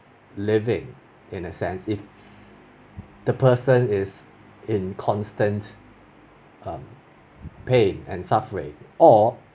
living in a sense if the person is in constant um pain and suffering or